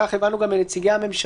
כך גם הבנו מנציגי הממשלה,